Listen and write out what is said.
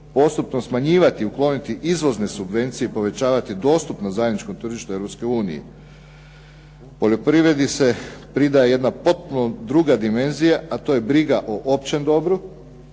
postupno smanjivati i ukloniti izvozne subvencije i povećavati dostupnost zajedničkom tržištu Europske unije. Poljoprivredi se pridaje jedna potpuno druga dimenzija, a to je briga o općem dobru,